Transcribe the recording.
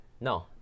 No